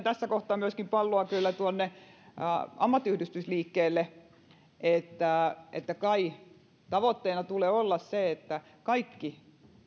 tässä kohtaa kyllä myöskin heitän palloa ammattiyhdistysliikkeelle että että kai tavoitteena tulee olla se että kaikki